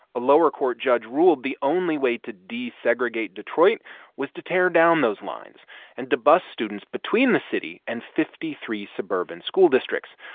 a lower court judge ruled the only way to desegregate detroit was to tear down those lines and to bus students between the city and fifty three suburban school districts.